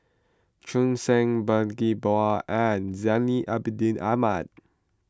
Cheong Koon Seng Bani Buang and Zainal Abidin Ahmad